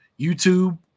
YouTube